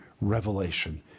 revelation